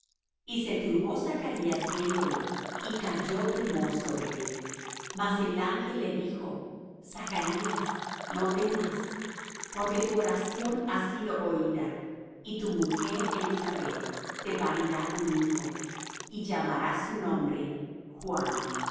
y se turbó zacarías viéndo le y cayó temor sobre él mas el ángel le dijo zacarías no temas porque tu oración ha sido oída y tu mujer elisabet te parirá un hijo y llamarás su nombre juan